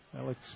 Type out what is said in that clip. Alex